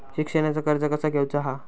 शिक्षणाचा कर्ज कसा घेऊचा हा?